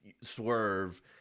Swerve